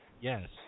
Yes